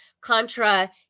contra